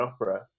opera